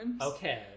Okay